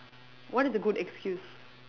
what is a good excuse